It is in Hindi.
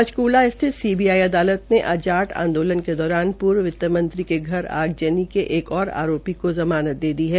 पंचकूला स्थित सीबीआई अदालत ने आज जाट आंदोलन के दौरान पूर्व वित्तमंत्री के घर आगज़नी के एक ओर आरोपी को ज़मानत दे दी है